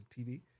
TV